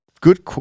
Good